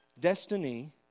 Destiny